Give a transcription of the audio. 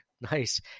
Nice